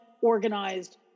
organized